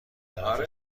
طرف